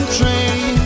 train